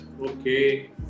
Okay